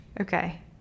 okay